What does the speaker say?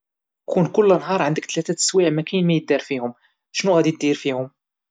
كون كل نهار عندك ثلاثة دسوايع ما كاين ما يدار فيهم شنو غادي دير فيهم؟